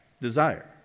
desire